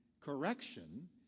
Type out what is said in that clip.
correction